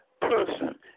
person